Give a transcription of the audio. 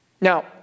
Now